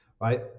right